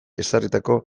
ezarritako